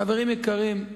חברים יקרים,